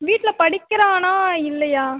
வீட்டில் படிக்கிறானா இல்லையா